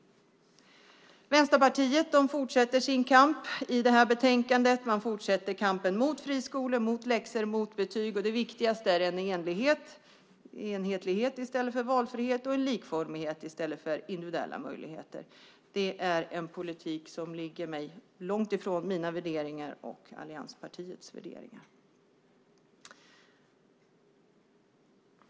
Vänsterpartiet fortsätter i betänkandet sin kamp mot friskolor, läxor och betyg. Det viktigaste är en enhetlighet i stället för valfrihet och likformighet i stället för individuella möjligheter. Det är en politik som ligger långt från mina och allianspartiernas värderingar.